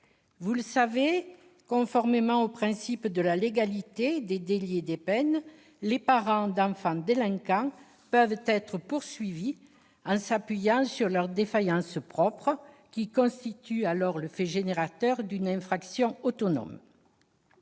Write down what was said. Vous le savez, conformément au principe de la légalité des délits et des peines, les parents d'enfants délinquants peuvent être poursuivis sur le fondement de leur défaillance propre, qui constitue alors le fait générateur d'une infraction autonome.